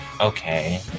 Okay